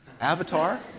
Avatar